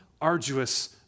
arduous